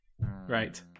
Right